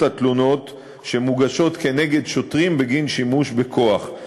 התלונות שמוגשות כנגד שוטרים בגין שימוש בכוח.